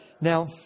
Now